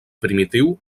primitiu